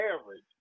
average